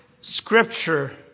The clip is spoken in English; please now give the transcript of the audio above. scripture